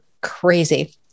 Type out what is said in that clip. crazy